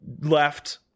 Left